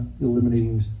eliminating